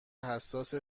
حساس